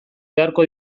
beharko